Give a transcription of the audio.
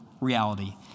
reality